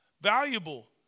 valuable